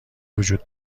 وجود